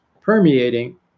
permeating